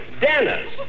Dennis